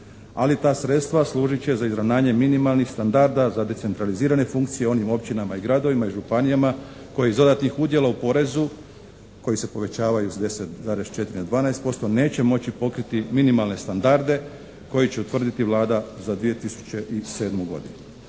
ali ta sredstva služit će za izravnanje minimalnih standarda za decentralizirane funkcije onim općinama i gradovima i županijama koje iz dodatnih udjela u porezu koji se povećavaju s 10,4 na 12% neće moći pokriti minimalne standarde koje će utvrditi Vlada za 2007. godinu.